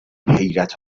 حیرت